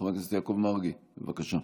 חבר הכנסת יעקב מרגי, בבקשה.